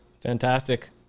Fantastic